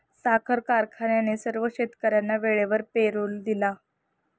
साखर कारखान्याने सर्व शेतकर्यांना वेळेवर पेरोल दिला